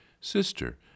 Sister